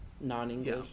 non-English